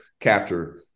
capture